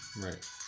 Right